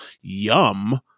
yum